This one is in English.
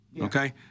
Okay